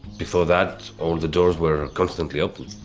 before that, all the doors were constantly open.